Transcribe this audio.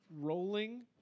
Rolling